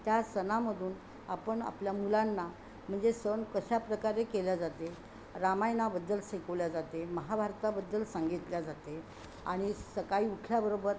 त्या सणामधून आपण आपल्या मुलांना म्हणजे सण कशाप्रकारे केल्या जाते रामायणाबद्दल शिकवल्या जाते महाभारताबद्दल सांगितल्या जाते आणि सकाळी उठल्याबरोबर